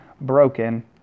broken